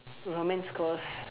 romance cause